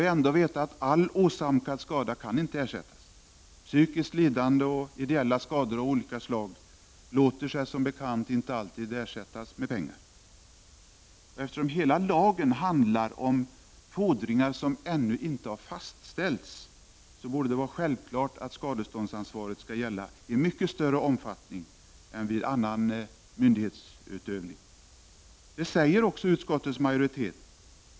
Men då skall vi veta att man inte kan få ersättning för all åsamkad skada. För psykiskt lidande och ideella skador av olika slag räcker det som bekant inte alltid med ersättning i form av pengar. Eftersom hela lagen handlar om fordringar som ännu inte har fastställts, borde det vara självklart att skadeståndsansvaret skall gälla i mycket större omfattning än vid annan myndighetsutövning. Detta säger också utskottets majoritet.